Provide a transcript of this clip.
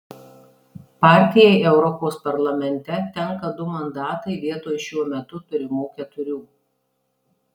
partijai europos parlamente tenka du mandatai vietoj šiuo metu turimų keturių